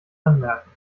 anmerken